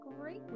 great